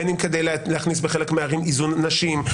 בין אם כדי להכניס בחלק מהערים איזון לנשים.